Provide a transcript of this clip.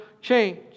change